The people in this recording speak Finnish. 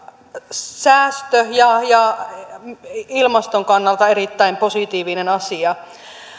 säästö ja ja ilmaston kannalta erittäin positiivinen asia